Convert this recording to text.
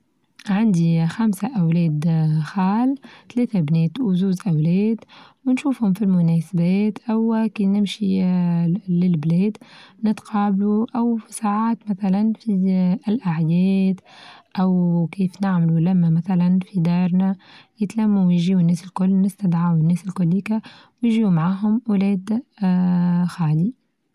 عندي خمسة أولاد خال ثلاثة بنات وجوز أولاد ونشوفهم في المناسبات أو كي نمشي للبلاد نتقابلو أو ساعات مثلا في الأعياد أو كيف نعملو لما مثلا في دارنا يتلمو ويجيو الناس الكل الناس تدعا والناس الكوليكة يجيو معاهم ولاد اه خالي.